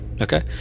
Okay